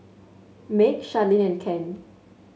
Meg Sharlene and Ken